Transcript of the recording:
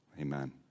amen